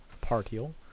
partial